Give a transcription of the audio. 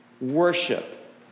worship